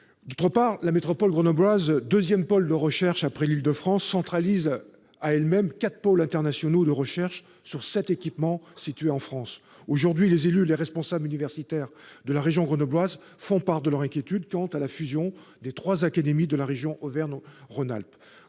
éloignement. La métropole grenobloise, deuxième pôle de recherche après l'Île-de-France, centralise à elle seule 4 pôles internationaux de recherche sur 7 équipements situés en France. Aujourd'hui les élus et les responsables universitaires de la région grenobloise font part de leur inquiétude quant à la fusion des trois académies de la région Auvergne-Rhône Alpes.